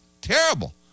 terrible